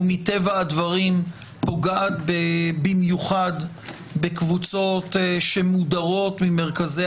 ומטבע הדברים פוגעת במיוחד בקבוצות שמודרות ממרכזי